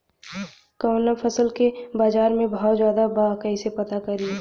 कवना फसल के बाजार में भाव ज्यादा बा कैसे पता करि?